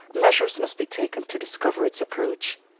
measures must be taken to discover its approach.